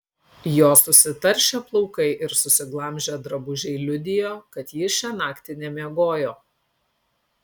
jo susitaršę plaukai ir susiglamžę drabužiai liudijo kad jis šią naktį nemiegojo